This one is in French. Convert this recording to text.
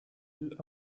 deux